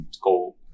go